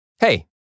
Hey